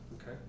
Okay